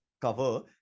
cover